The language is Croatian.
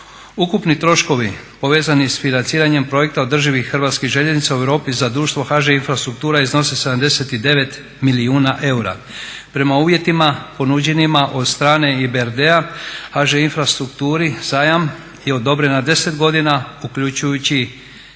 Ukupni troškovi povezani s financiranjem projekta održivih Hrvatskih željeznica u Europi za društvo HŽ Infrastruktura iznose 79 milijuna eura. Prema uvjetima ponuđenima od strane EBRD-a HŽ Infrastrukturi zajam je odobren na 10 godina, uključujući